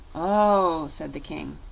oh, said the king,